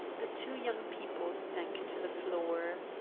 the two young people sank to the floor.